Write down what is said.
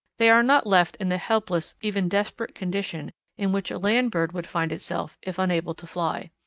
they are not left in the helpless, even desperate, condition in which a land bird would find itself if unable to fly.